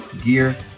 gear